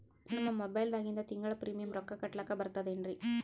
ನಮ್ಮ ಮೊಬೈಲದಾಗಿಂದ ತಿಂಗಳ ಪ್ರೀಮಿಯಂ ರೊಕ್ಕ ಕಟ್ಲಕ್ಕ ಬರ್ತದೇನ್ರಿ?